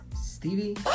Stevie